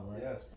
Yes